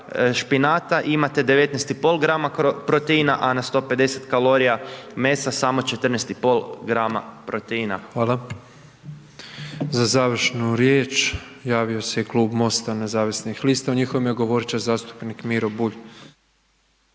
špinata imate 19,5 grama proteina, a na 150 kalorija mesa samo 14,5% grama proteina. **Petrov, Božo (MOST)** Hvala. Za završnu riječ javio se Klub MOST-a nezavisnih lista, u njihovo ime govorit će zastupnik Miro Bulj.